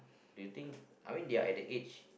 do you think I mean they are at the age